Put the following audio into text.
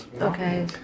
Okay